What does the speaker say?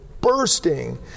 bursting